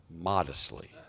modestly